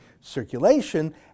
circulation